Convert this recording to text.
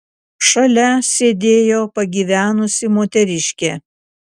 šalia sėdėjo pagyvenusi moteriškė